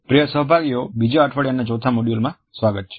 પ્રિય સહભાગીઓ બીજા અઠવાડિયાના ચોથા મોડ્યુલમાં સ્વાગત છે